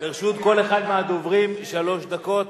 לרשות כל אחד מהדוברים שלוש דקות.